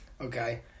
Okay